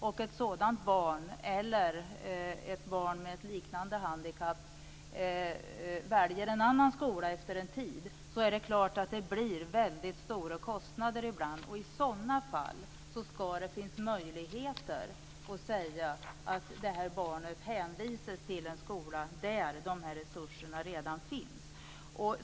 Om ett sådant barn eller ett barn med ett liknande handikapp väljer en annan skola efter en tid är det klart att det ibland blir väldigt stora kostnader. I sådana fall skall det finnas möjligheter att säga att det här barnet hänvisas till en skola där de här resurserna redan finns.